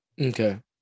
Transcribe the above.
Okay